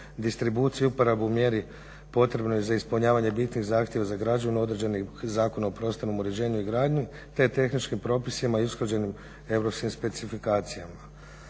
Distribuciju i uporabu u mjeri potrebnoj za ispunjavanje bitnih zahtjeva za građu …/Govornik se ne razumije./… Zakonom o prostornom uređenju i gradnji, te tehničkim propisima i usklađenim europskim specifikacijama.